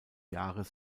jahres